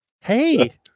Hey